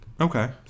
Okay